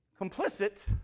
complicit